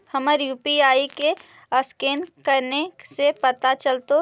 हमर यु.पी.आई के असकैनर कने से पता चलतै?